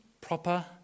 proper